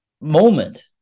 moment